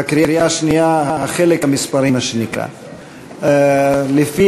בקריאה שנייה, החלק המספרי, מה שנקרא.